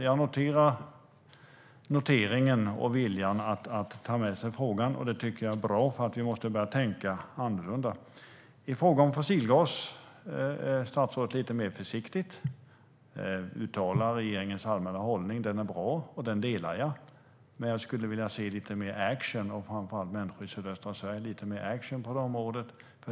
Jag noterar noteringen och viljan att ta med sig frågan. Det tycker jag är bra. Vi måste börja tänka annorlunda.I fråga om fossilgas är statsrådet lite mer försiktig och uttalar regeringens allmänna hållning. Den är bra, och den delar jag. Men jag och framför allt människor i sydöstra Sverige skulle vilja se lite mer action på området.